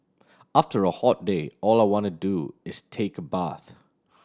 after a hot day all I want to do is take a bath